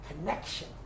connection